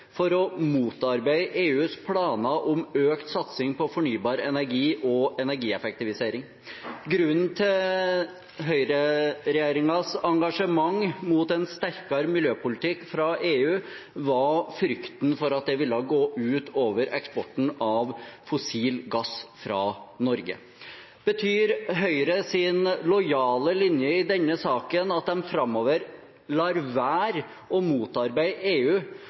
for å motarbeide EUs planer om økt satsing på fornybar energi og energieffektivisering. Grunnen til høyreregjeringens engasjement mot en sterkere miljøpolitikk fra EU var frykten for at det ville gå ut over eksporten av fossil gass fra Norge. Betyr Høyres lojale linje i denne saken at de framover lar være å motarbeide EU